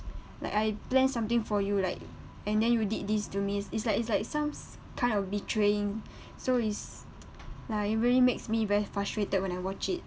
like I planned something for you like and then you did this to me it's like it's like some s~ kind of betraying so is ya it really makes me very frustrated when I watch it